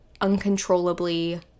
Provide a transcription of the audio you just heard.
uncontrollably